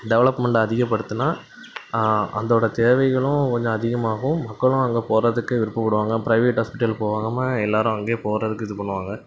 development அதிகப்படுத்தினா அதோட தேவைகளும் கொஞ்சம் அதிகமாகும் மக்களும் அங்கே போகிறதுக்கு விருப்பப்படுவாங்க ப்ரைவேட் ஹாஸ்பிட்டல் போகாமல் எல்லோரும் அங்கேயே போகிறதுக்கு இது பண்ணுவாங்க